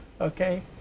okay